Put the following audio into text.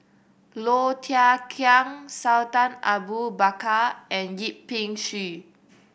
Low Thia Khiang Sultan Abu Bakar and Yip Pin Xiu